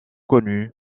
connu